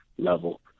level